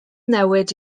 newid